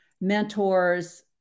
mentors